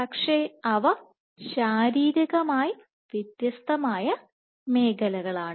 പക്ഷേ അവ ശാരീരികമായി വ്യത്യസ്തമായ മേഖലകളാണ്